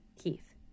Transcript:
keith